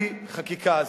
זה